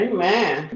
Amen